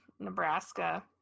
Nebraska